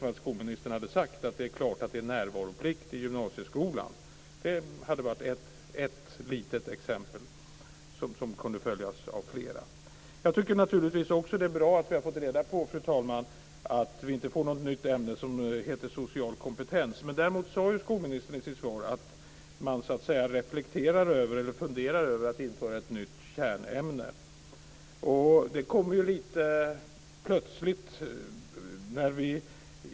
Om skolministern hade sagt att det är klart att det ska vara närvaroplikt i gymnasieskolan hade varit ett litet exempel som kunde följas av flera. Jag tycker naturligtvis också att det är bra att vi har fått reda på, fru talman, att det inte blir något nytt ämne som heter social kompetens. Men däremot sade skolministern i sitt svar att man funderar över att införa ett nytt kärnämne. Det kommer lite plötsligt.